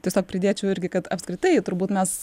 tiesiog pridėčiau irgi kad apskritai turbūt mes